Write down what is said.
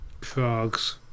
Frogs